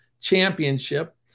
championship